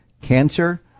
Cancer